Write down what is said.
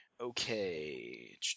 Okay